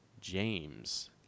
James